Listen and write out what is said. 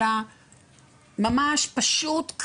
אלא ממש פשוט,